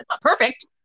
perfect